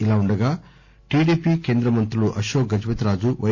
ఇలా ఉండగా టిడిపి కేంద్రమంత్రులు అశోక్ గజపతిరాజు వై